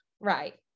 right